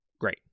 Great